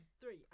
Three